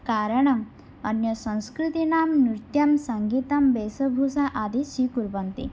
कारणम् अन्यसंस्कृतीनां नृत्यं सङ्गीतं वेषभूषादि स्वीकुर्वन्ति